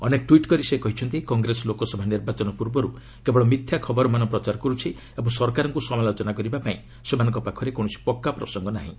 ଅନେକ ଟ୍ୱିଟ୍ କରି ସେ କହିଛନ୍ତି କଂଗ୍ରେସ ଲୋକସଭା ନିର୍ବାଚନ ପୂର୍ବରୁ କେବଳ ମିଥ୍ୟା ଖବରମାନ ପ୍ରଚାର କରୁଛି ଓ ସରକାରଙ୍କୁ ସମାଲୋଚନା କରିବା ପାଇଁ ସେମାନଙ୍କ ପାଖରେ କୌଣସି ପକ୍କା ପ୍ରସଙ୍ଗ ନାହିଁ